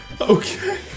Okay